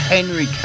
Henry